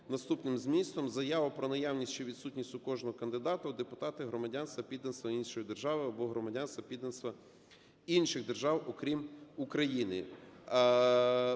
наступним змістом: "заяву про наявність чи відсутність у кожного кандидата у депутати громадянства (підданства) іншої держави або громадянства (підданства) інших держав, окрім України".